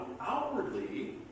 outwardly